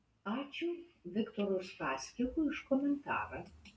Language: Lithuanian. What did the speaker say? ačiū viktorui uspaskichui už komentarą